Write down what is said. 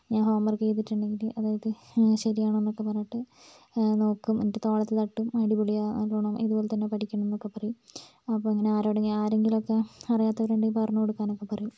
ഞാൻ homework ചെയ്തിട്ടുണ്ടെങ്കിൽ അതായത് ശരിയാണൊന്നാക്കെ പറഞ്ഞിട്ട് നോക്കും എന്നിട്ട് തോളത്ത് തട്ടും അടിപൊളിയാ നല്ലോണം ഇതുപോലെതന്നെ പഠിക്കണംന്നൊക്കെ പറയും അപ്പങ്ങനെ ആരോടെ ആരെങ്കിലുമൊക്കെ അറിയാത്തവരുണ്ടേൽ പറഞ്ഞുകൊടുക്കാനൊക്കെ പറയും